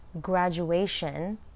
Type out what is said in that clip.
graduation